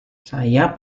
saya